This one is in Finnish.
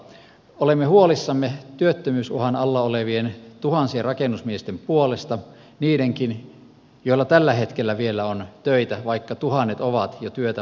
olemme huolissamme työttömyysuhan alla olevien tuhansien rakennusmiesten puolesta niidenkin joilla tällä hetkellä vielä on töitä vaikka tuhannet ovat jo työtä vailla